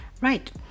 Right